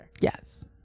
Yes